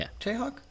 Jayhawk